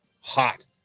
hot